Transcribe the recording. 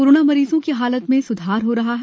corona मरीजों की हालत में सुधार हो रहा है